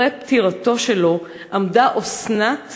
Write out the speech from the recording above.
אחרי פטירתו שלו עמדה אסנת